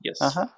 yes